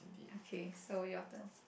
okay so your turn